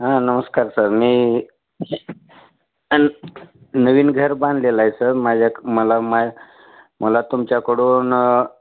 हां नमस्कार सर मी नवीन घर बांधलेलं आहे सर माझ्या मला मा मला तुमच्याकडून